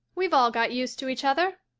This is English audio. we've all got used to each other,